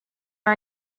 are